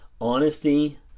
honesty